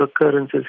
occurrences